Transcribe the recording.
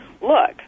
look